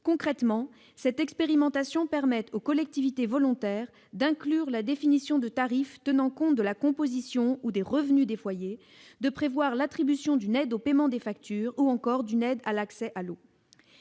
Concrètement, cette expérimentation permet aux collectivités territoriales volontaires d'inclure la définition de tarifs tenant compte de la composition ou des revenus des foyers, de prévoir l'attribution d'une aide au paiement des factures ou encore d'une aide à l'accès à l'eau.